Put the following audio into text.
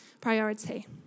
priority